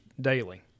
daily